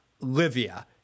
Livia